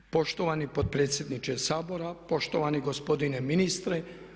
Poštovani potpredsjedniče Sabora, poštovani gospodine ministre.